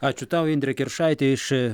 ačiū tau indrė kiršaitė iš